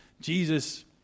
Jesus